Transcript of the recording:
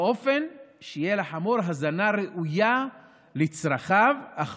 באופן שתהיה לחמור הזנה ראויה לצרכיו אך